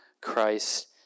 Christ